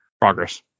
progress